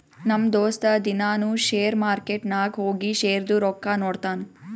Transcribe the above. ನಮ್ ದೋಸ್ತ ದಿನಾನೂ ಶೇರ್ ಮಾರ್ಕೆಟ್ ನಾಗ್ ಹೋಗಿ ಶೇರ್ದು ರೊಕ್ಕಾ ನೋಡ್ತಾನ್